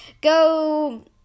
go